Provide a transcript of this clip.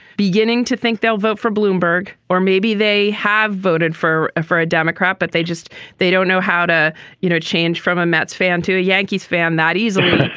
beginning to think they'll vote for bloomberg or maybe they have voted for a for a democrat. but they just they don't know how to you know change from a mets fan to a yankees fan that easily.